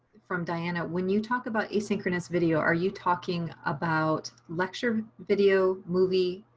from diana. when you talk about asynchronous video. are you talking about lecture video movie,